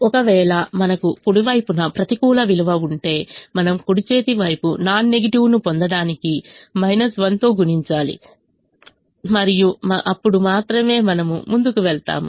ఒకవేళ మనకు కుడి వైపున ప్రతికూల విలువ ఉంటే మనం కుడి చేతి వైపు నాన్ నెగిటివ్ ను పొందడానికి 1 తో గుణించాలి మరియు అప్పుడు మాత్రమే మనము ముందుకు వెళ్తాము